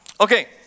Okay